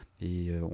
et